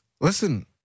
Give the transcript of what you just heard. Listen